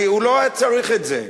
הוא לא היה צריך את זה.